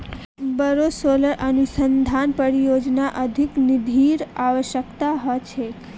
बोरो सोलर अनुसंधान परियोजनात अधिक निधिर अवश्यकता ह छेक